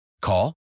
Call